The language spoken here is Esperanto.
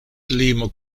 limo